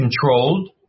controlled